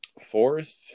fourth